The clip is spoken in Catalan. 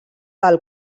del